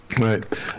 Right